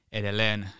edelleen